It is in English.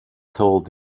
told